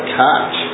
touch